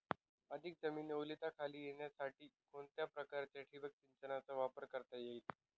अधिक जमीन ओलिताखाली येण्यासाठी कोणत्या प्रकारच्या ठिबक संचाचा वापर करता येईल?